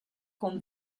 con